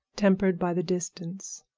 tempered by the distance.